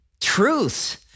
truths